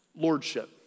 lordship